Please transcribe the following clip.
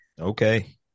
Okay